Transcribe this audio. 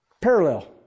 Parallel